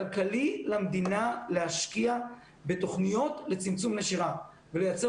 כלכלי למדינה להשקיע בתוכניות לצמצום נשירה ולייצר